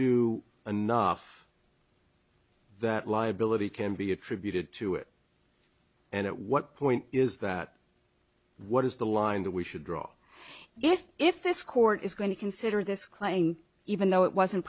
do enough that liability can be attributed to it and at what point is that what is the line that we should draw yes if this court is going to consider this claim even though it wasn't